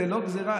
זו לא גזרה?